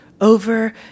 over